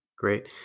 Great